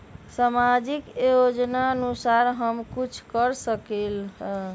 सामाजिक योजनानुसार हम कुछ कर सकील?